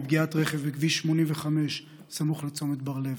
מפגיעת רכב בכביש 85 סמוך לצומת בר-לב,